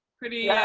pretty,